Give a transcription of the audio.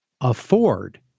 afford